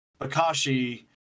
akashi